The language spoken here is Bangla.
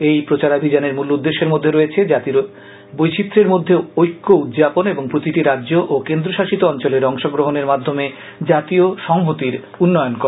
এই প্রচারাভিযানের মূল উদ্দেশ্যের মধ্যে রয়েছে জাতির বৈচিত্রের মধ্যে ঐক্য উদযাপন এবং প্রতিটি রাজ্য ও কেন্দ্রশাসিত অঞ্চলের অংশগ্রহনের মাধ্যমে জাতীয় সংহতির উন্নয়ন করা